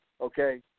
okay